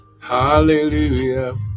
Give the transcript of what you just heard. Hallelujah